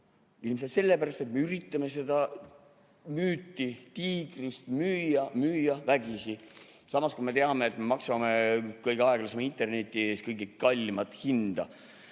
Ilmselt sellepärast, et me üritame müüa seda müüti tiigrist, müüa vägisi, samas kui me teame, et maksame kõige aeglasema interneti ees kõige kallimat hinda.